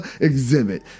exhibit